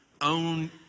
own